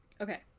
Okay